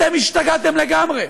אתם השתגעתם לגמרי.